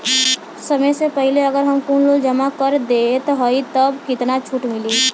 समय से पहिले अगर हम कुल लोन जमा कर देत हई तब कितना छूट मिली?